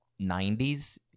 90s